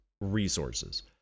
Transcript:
resources